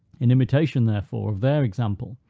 in imitation, therefore, of their example,